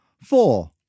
Four